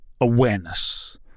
awareness